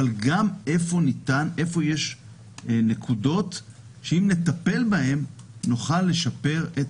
אבל גם איפה יש נקודות שאם נטפל בהן נוכל לשפר את